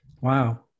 Wow